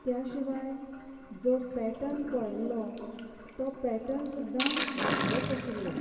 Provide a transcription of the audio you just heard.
त्या शिवाय जो पॅटर्न पळयल्लो तो पॅटर्न सुद्दां वेगळोच आशिल्लो